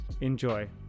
Enjoy